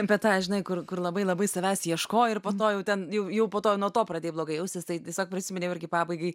apie tą žinai kur kur labai labai savęs ieškojo ir po to jau ten jau jau po to nuo to pradėjo blogai jaustis tai tiesiog prisiminiau irgi pabaigai